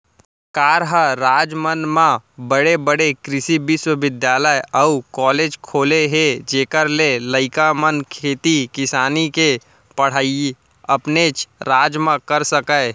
सरकार ह राज मन म बड़े बड़े कृसि बिस्वबिद्यालय अउ कॉलेज खोले हे जेखर ले लइका मन खेती किसानी के पड़हई अपनेच राज म कर सकय